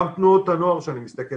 גם תנועות הנוער שאני מסתכל,